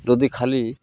ଯଦି ଖାଲି